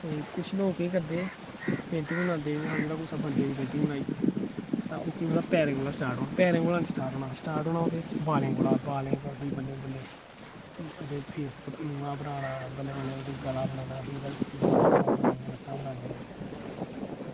ते कुछ लोग केह् करदे पेंटिंग बनांदे जेल्लै कुसै बंदे दी पेंटिंग बनाई तां केह् की पैरें कोला स्टार्ट होना पैरें कोला निं स्टार्ट होना ते ओह्दे बालें कोला कि बल्लें बल्लें ओह्दा मूंह् बनाना फ्ही ओह्दा गला बनाना बांह् बनानियां ओह्दियां लत्तां बनानियां